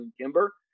Kimber